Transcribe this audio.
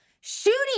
shooting